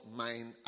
mind